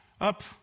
up